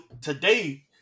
today